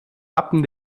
wappen